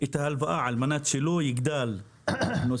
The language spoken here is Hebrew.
את ההלוואה על מנת שלא תגדל האבטלה.